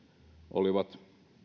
olivat